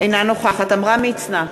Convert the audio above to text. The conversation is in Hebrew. אינה נוכחת עמרם מצנע,